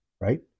right